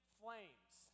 flames